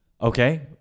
Okay